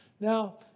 Now